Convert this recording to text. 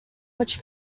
which